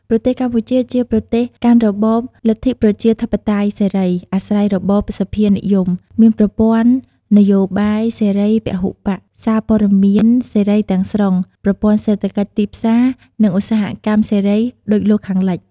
ប្រទេសកម្ពុជា ជាប្រទេសកាន់របបលទ្ធិប្រជាធិបតេយ្យសេរី អាស្រ័យរបបសភានិយម មានប្រព័ន្ធនយោបាយសេរីពហុបក្ស សារព័ត៌មានសេរីទាំងស្រុង ប្រព័ន្ធសេដ្ឋកិច្ចទីផ្សារ និងឧស្សាហកម្មសេរីដូចលោកខាងលិច។ ។